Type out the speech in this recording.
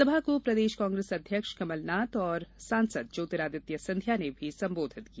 सभा को प्रदेश कांग्रेस अध्यक्ष कमल नाथ और सांसद ज्योतिरादित्य सिंधिया ने भी संबोधित किया